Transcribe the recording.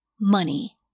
money